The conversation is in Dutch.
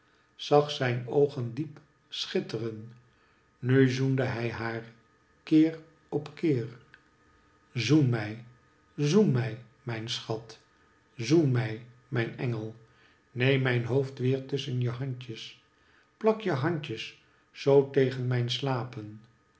zag zijn oogen diep schitteren nu zoende hij haar keer op keer zoen mij zoen mij mijn schat zoen mij mijn engel neem mijn hoofd weer tusschen je handjes plak je handjes zoo tegen mijn slapen